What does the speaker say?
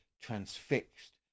transfixed